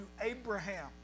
Abraham